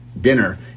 dinner